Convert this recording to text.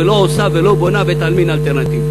ולא עושה ולא בונה בית-עלמין אלטרנטיבי.